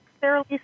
fairly